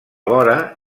vora